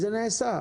זה נעשה.